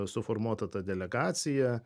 suformuota ta delegacija